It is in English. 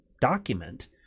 document